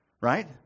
right